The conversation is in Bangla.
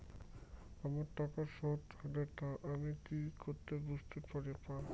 আমার টাকা শোধ হলে তা আমি কি করে বুঝতে পা?